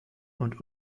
und